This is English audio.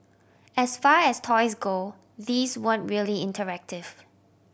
as far as toys go these weren't really interactive